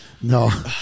No